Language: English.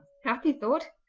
happy thought!